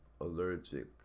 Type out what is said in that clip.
allergic